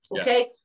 Okay